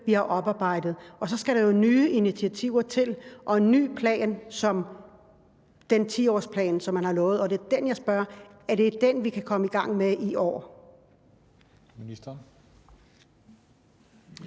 vi har oparbejdet. Og så skal der jo nye initiativer til og en ny plan som den 10-årsplan, man har lovet, og det er til den, jeg spørger: Er det den, vi kan komme i gang med i år?